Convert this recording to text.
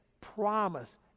promise